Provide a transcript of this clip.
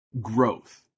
growth